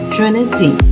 Trinity